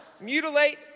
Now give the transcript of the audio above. Mutilate